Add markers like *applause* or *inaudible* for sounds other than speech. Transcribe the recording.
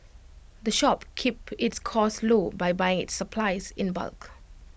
*noise* the shop keep its costs low by buying its supplies in bulk